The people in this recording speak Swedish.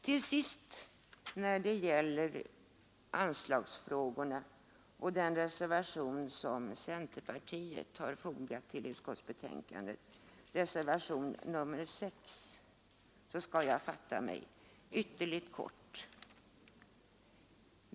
När det till sist gäller anslagsfrågorna och den reservation som centerpartiet har fogat till utskottsbetänkandet, reservationen 6, skall jag fatta mig ytterligt kort.